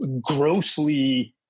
grossly